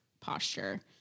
posture